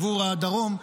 עבור הדרום,